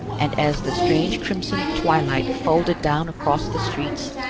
and as the strange crimson twilight folded down across the streets,